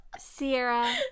Sierra